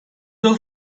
yıl